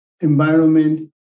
environment